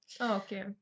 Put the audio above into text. okay